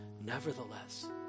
nevertheless